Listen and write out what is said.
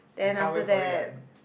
I can't wait for it ah then